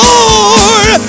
Lord